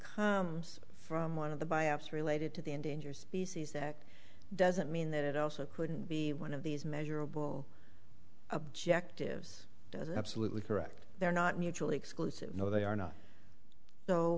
something from one of the bios related to the endangered species act doesn't mean that it also couldn't be one of these measurable objectives does absolutely correct they're not mutually exclusive no they are not